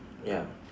ya